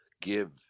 give